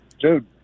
dude